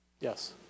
Yes